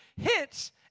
hits